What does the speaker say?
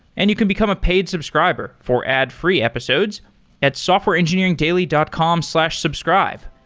and you can become a paid subscriber for ad-free episodes at softwareengineeringdaily dot com slash subscribe.